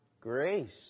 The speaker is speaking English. grace